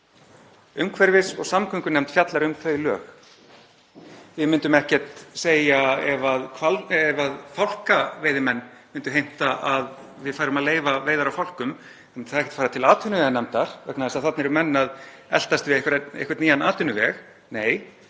Umhverfis- og samgöngunefnd fjallar um þau lög. Við myndum ekkert segja ef fálkaveiðimenn myndu heimta að við færum að leyfa veiðar á fálkum, við myndum ekki fara með það mál til atvinnuveganefndar vegna þess að þarna eru menn að eltast við einhvern nýjan atvinnuveg. Nei,